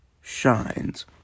shines